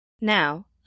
Now